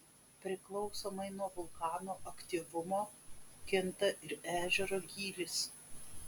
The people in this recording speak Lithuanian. priklausomai nuo vulkano aktyvumo kinta ir ežero gylis